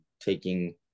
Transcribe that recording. taking